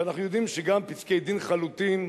אנחנו יודעים שגם פסקי-דין חלוטים,